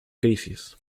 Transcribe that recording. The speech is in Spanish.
crisis